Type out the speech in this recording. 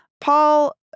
Paul